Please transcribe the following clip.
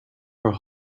her